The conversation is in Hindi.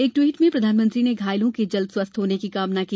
एक ट्वीट में प्रधानमंत्री ने घायलों के जल्दि स्वस्थ होने की कामना की